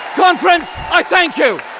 conference, i thank you!